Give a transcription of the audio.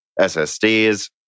SSDs